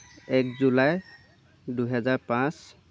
এক জুলাই দুহেজাৰ পাঁচ